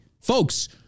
Folks